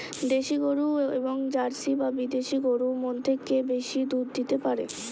দেশী গরু এবং জার্সি বা বিদেশি গরু মধ্যে কে বেশি দুধ দিতে পারে?